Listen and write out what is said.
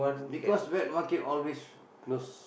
because wet market always close